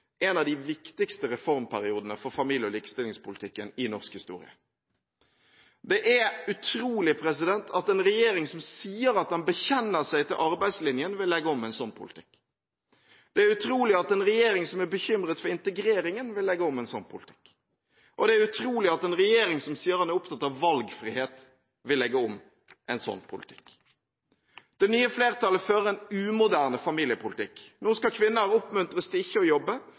en av de viktigste reformperiodene for familie- og likestillingspolitikken i norsk historie. Det er utrolig at en regjering som sier at den bekjenner seg til arbeidslinjen, vil legge om en sånn politikk. Det er utrolig at en regjering som er bekymret for integreringen, vil legge om en sånn politikk. Og det er utrolig at en regjering som sier den er opptatt av valgfrihet, vil legge om en sånn politikk. Det nye flertallet fører en umoderne familiepolitikk. Nå skal kvinner oppmuntres til ikke å jobbe og